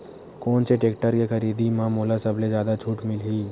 कोन से टेक्टर के खरीदी म मोला सबले जादा छुट मिलही?